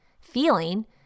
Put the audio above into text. feeling